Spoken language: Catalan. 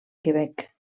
quebec